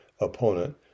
opponent